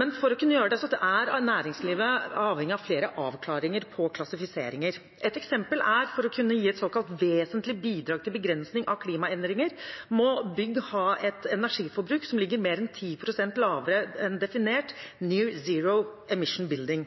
men for å kunne gjøre det er næringslivet avhengig av flere avklaringer på klassifiseringer. Ett eksempel er at for å kunne gi et såkalt vesentlig bidrag til begrensning av klimaendringer må bygg ha et energiforbruk som ligger mer enn 10 pst. lavere enn definert «near zero emission building».